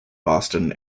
boston